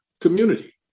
community